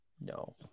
No